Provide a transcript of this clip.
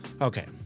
Okay